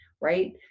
Right